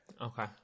Okay